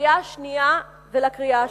לקריאה השנייה ולקריאה השלישית.